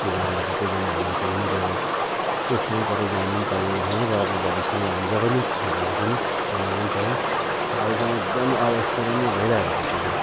गाउँमा सबैजना हामी यसरी मिलेर एक सँगै कतै जानु पाएको छैन र अब भविष्यमा हुन्छ पनि हुँदैन पनि त्यो उयो छैन यो जम्मै अविस्मरणीय भइरहेको छ त्यो चाहिँ